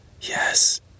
Yes